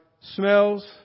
smells